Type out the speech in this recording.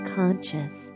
conscious